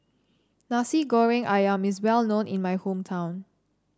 Nasi Goreng ayam is well known in my hometown